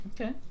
Okay